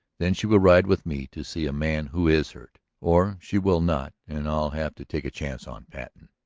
then she will ride with me to see a man who is hurt. or she will not, and i'll have to take a chance on patten.